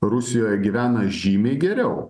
rusijoje gyvena žymiai geriau